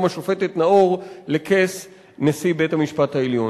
השופטת נאור לכס נשיא בית-המשפט העליון.